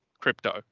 crypto